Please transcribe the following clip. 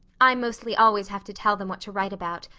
i mostly always have to tell them what to write about,